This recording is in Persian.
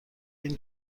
این